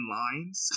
lines